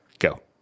go